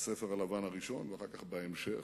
הספר הלבן הראשון ואחר כך בהמשך.